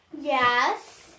Yes